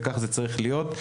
וכך זה צריך להיות.